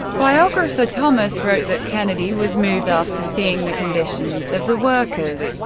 biographer thomas wrote that kennedy was moved after seeing the conditions of the workers,